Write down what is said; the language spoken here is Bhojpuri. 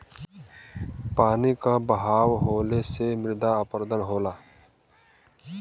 पानी क बहाव होले से मृदा अपरदन होला